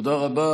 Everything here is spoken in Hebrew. תודה רבה.